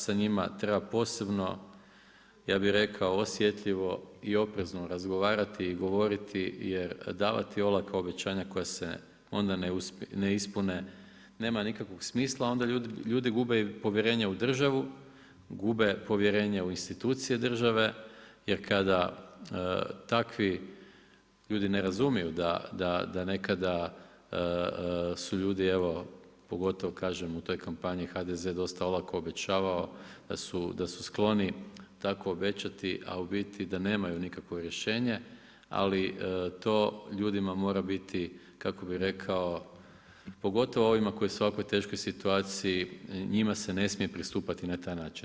Sa njima treba posebno, ja bi rekao, osjetljivo i oprezno razgovarati i govoriti jer davati olako obećanja koja se onda ne ispune, nema nikakvog smisla, onda ljudi gube i povjerenje u državu, gube povjerenje u institucije države, jer kada, takvi ljudi ne razumiju, da nekada su ljudi, evo, pogotovo kažem u toj kampanji HDZ je dosta olako obećavao, da su skloni tako obećati, a u biti da nemaju nikakvo rješenje, ali, to ljudima mora biti kako bi rekao, pogotovo onima koji su u ovako teškoj situaciji, njima se ne smije pristupati na taj način.